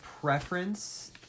preference